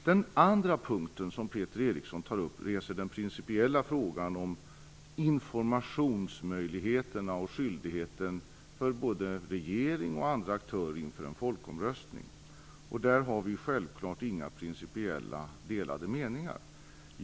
Den andra punkten som Peter Eriksson tar upp reser den principiella frågan om informationsmöjligheterna och skyldigheten för både regering och andra aktörer inför en folkomröstning. Där har vi självfallet inga principiellt delade meningar.